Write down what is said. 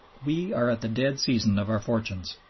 we are at the dead season of our fortunes.